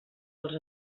als